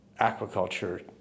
aquaculture